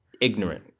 ignorant